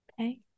Okay